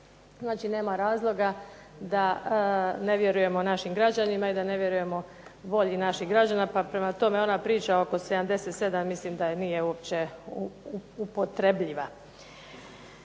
Znači nema razloga da ne vjerujemo našim građanima, i da ne vjerujemo volji naših građana. Pa prema tome, ona priča oko 77 mislim da nije uopće upotrebljiva.